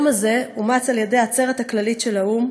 היום הזה אומץ על-ידי העצרת הכללית של האו"ם